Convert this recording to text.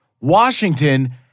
Washington